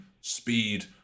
speed